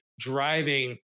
Driving